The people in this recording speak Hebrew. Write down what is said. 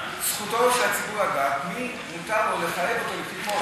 זכותו של הציבור לדעת למי מותר לחייב אותו לפי חוק.